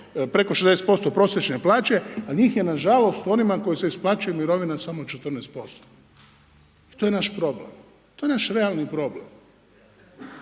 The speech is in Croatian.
preko 60% prosječne plaće, a njih ne nažalost, onima koji se isplaćuju mirovine samo 14%. I to je naš problem, to je naš realni problem.